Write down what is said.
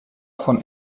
von